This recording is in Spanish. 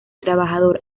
trabajador